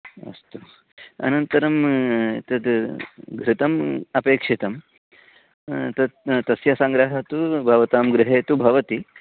अस्तु अनन्तरं तद् घृतम् अपेक्षितं तत् तस्य सङ्ग्रहः तु भवतां गृहे तु भवति